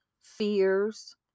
fears